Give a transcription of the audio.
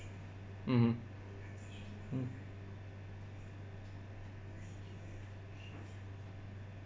mmhmm mm